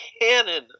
cannon